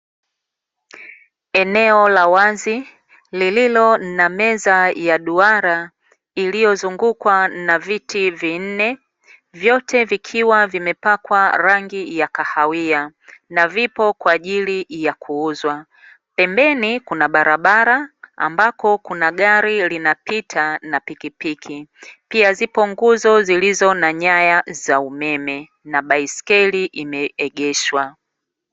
Eneo la wazi lililo na meza ya duara iliyozungukwa na viti vinne, vyote vikiwa vimepakwa rangi ya kahawia na vipo kwa ajili ya kuuzwa, pembeni kuna barabara ambako kuna gari linapita na pikipiki, pia zipo nguzo zilizo na nyaya za umeme na baiskeli imeegeshwa.